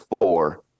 four